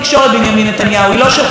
רגע, למה אני לא קיבלתי תשבחות על עשר השניות?